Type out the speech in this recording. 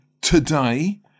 today